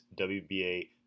WBA